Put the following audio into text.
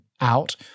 out